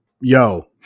yo